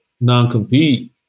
non-compete